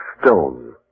Stone